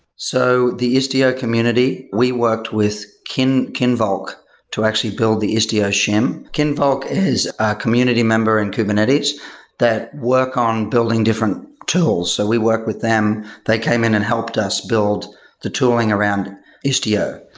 so, the istio community, we worked with kinvolk to actually build the istio shim. kinvolk is a community member in kubernetes that work on building different tools. so we work with them. they came in and helped us build the tooling around istio.